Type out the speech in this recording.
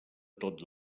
tot